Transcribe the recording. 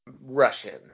Russian